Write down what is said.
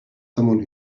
someone